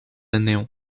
anezhañ